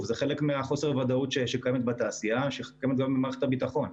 זה חלק מחוסר הוודאות שקיים בתעשייה ובמערכת הביטחון.